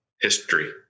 history